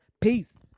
Peace